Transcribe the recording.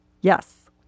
yes